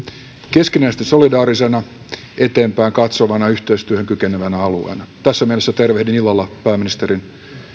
keskinäisesti solidaarisena eteenpäin katsovana yhteistyöhön kykenevänä alueena tässä mielessä tervehdin ilolla pääministerin